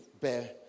bear